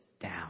down